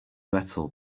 metal